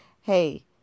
Hey